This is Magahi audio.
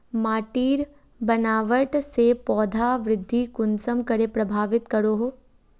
माटिर बनावट से पौधा वृद्धि कुसम करे प्रभावित करो हो?